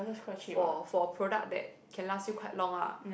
for for product that can last you quite long lah